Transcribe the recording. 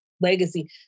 legacy